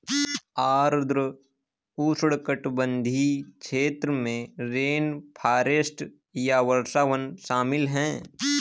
आर्द्र उष्णकटिबंधीय क्षेत्र में रेनफॉरेस्ट या वर्षावन शामिल हैं